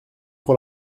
pour